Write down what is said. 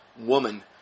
woman